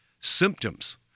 symptoms